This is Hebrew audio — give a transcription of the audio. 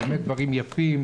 באמת דברים יפים.